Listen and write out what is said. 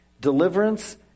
deliverance